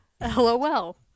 LOL